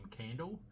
candle